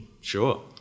Sure